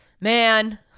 man